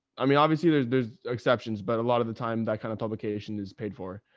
i mean, obviously there's there's exceptions, but a lot of the time that kind of publication is paid for,